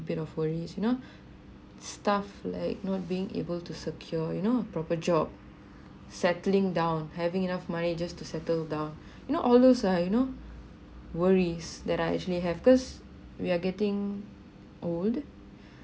bit of worries you know stuff like not being able to secure you know a proper job settling down having enough money just to settle down you know all those ah you know worries that I actually have cause we are getting old